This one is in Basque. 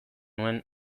nuen